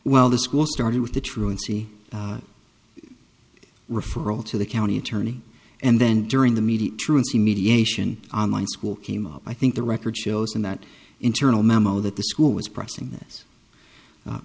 well the school started with the truancy referral to the county attorney and then during the media truancy mediation on my school came up i think the record shows in that internal memo that the school was processing th